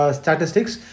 statistics